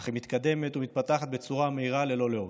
אך היא מתקדמת ומתפתחת בצורה מהירה ללא לאות.